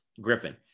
Griffin